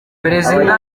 perezida